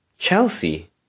Chelsea